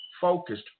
focused